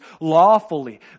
lawfully